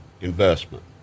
investment